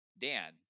Dan